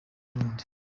n’urundi